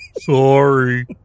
Sorry